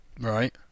Right